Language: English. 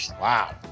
Wow